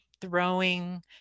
throwing